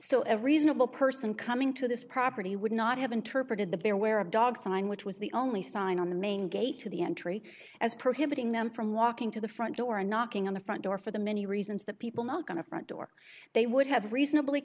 so a reasonable person coming to this property would not have interpreted the bear where a dog sign which was the only sign on the main gate to the entry as prohibiting them from walking to the front door and knocking on the front door for the many reasons that people knock on a front door they would have reasonably